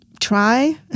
try